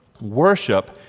Worship